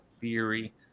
theory